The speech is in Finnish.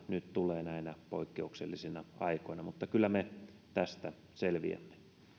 nyt tulee näinä poikkeuksellisina aikoina mutta kyllä me tästä selviämme